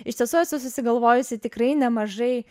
iš tiesų esu susigalvojusi tikrai nemažai